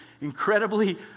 incredibly